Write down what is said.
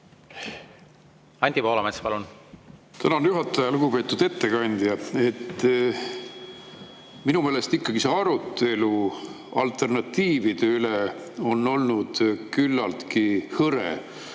Anti Poolamets, palun! Tänan, juhataja! Lugupeetud ettekandja! Minu meelest on see arutelu alternatiivide üle olnud küllaltki hõre.